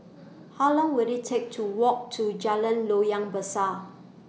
How Long Will IT Take to Walk to Jalan Loyang Besar